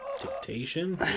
Dictation